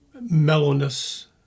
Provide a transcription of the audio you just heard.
mellowness